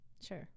sure